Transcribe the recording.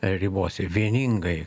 ribose vieningai